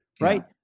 Right